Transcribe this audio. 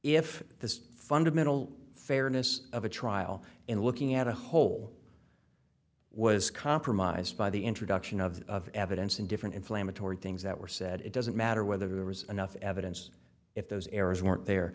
if the fundamental fairness of a trial in looking at a whole was compromised by the introduction of evidence in different inflammatory things that were said it doesn't matter whether there was enough evidence if those errors weren't there